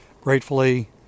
Gratefully